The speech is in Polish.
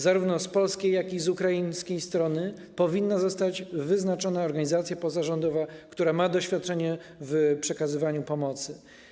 Zarówno z polskiej, jak i z ukraińskiej strony powinna zostać wyznaczona organizacja pozarządowa, która ma doświadczenie w przekazywaniu pomocy.